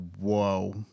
Whoa